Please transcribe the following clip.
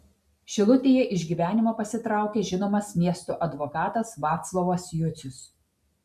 šilutėje iš gyvenimo pasitraukė žinomas miesto advokatas vaclovas jucius